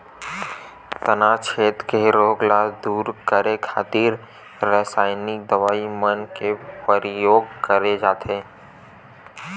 तनाछेद के रोग ल दूर करे खातिर रसाइनिक दवई मन के परियोग करे जाथे